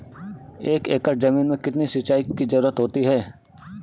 एक एकड़ ज़मीन में कितनी सिंचाई की ज़रुरत होती है?